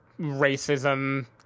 racism